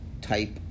type